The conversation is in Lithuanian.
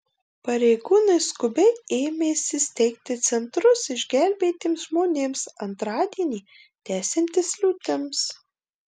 pareigūnai skubiai ėmėsi steigti centrus išgelbėtiems žmonėms antradienį tęsiantis liūtims